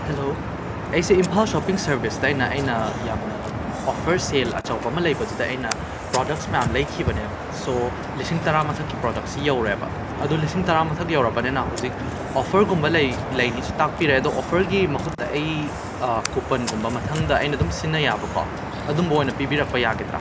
hello ꯑꯩꯁꯦ Imphal shopping ꯁꯔꯕꯤꯁꯇ ꯑꯩꯅ ꯑꯩꯅ ꯌꯥꯝꯅ ꯑꯣꯐꯔ ꯁꯦꯜ ꯑꯆꯧꯕ ꯑꯃ ꯂꯩꯕꯗꯨꯗ ꯑꯩꯅ ꯄ꯭ꯔꯣꯗꯛꯁ ꯃꯌꯥꯝ ꯂꯩꯈꯤꯕꯅꯦꯕ ꯁꯣ ꯂꯤꯁꯤꯡ ꯇꯔꯥ ꯃꯊꯛꯀꯤ ꯄ꯭ꯔꯗꯛꯁꯤ ꯌꯧꯔꯦꯕ ꯑꯗꯣ ꯂꯤꯁꯤꯡ ꯇꯔꯥ ꯃꯊꯛ ꯌꯧꯔꯕꯅꯤꯅ ꯍꯧꯖꯤꯛ ꯑꯣꯐꯔꯒꯨꯝꯕ ꯂꯩ ꯂꯩꯅꯤ ꯇꯥꯛꯄꯤꯔꯦ ꯑꯗꯣ ꯑꯣꯐꯔꯒꯤ ꯃꯍꯨꯠꯇ ꯑꯩ ꯀꯨꯄꯟꯒꯨꯝꯕ ꯃꯊꯪꯗ ꯑꯩꯅ ꯑꯗꯨꯝ ꯁꯤꯖꯤꯟꯅꯕ ꯌꯥꯕ ꯀꯣ ꯑꯗꯨꯒꯨꯝꯕ ꯑꯣꯏꯅ ꯄꯤꯕꯤꯔꯛꯄ ꯌꯥꯒꯗ꯭ꯔꯥ